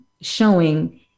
showing